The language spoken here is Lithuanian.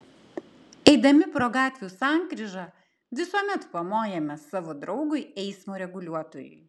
eidami pro gatvių sankryžą visuomet pamojame savo draugui eismo reguliuotojui